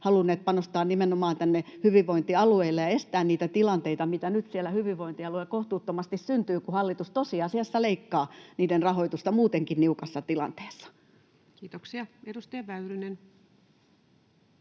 halunneet panostaa nimenomaan tänne hyvinvointialueille ja estää niitä tilanteita, mitä nyt siellä hyvinvointialueilla kohtuuttomasti syntyy, kun hallitus tosiasiassa leikkaa niiden rahoitusta muutenkin niukassa tilanteessa. [Speech 46] Speaker: